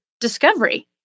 discovery